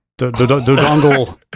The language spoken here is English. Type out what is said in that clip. Dodongle